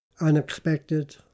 unexpected